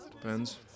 Depends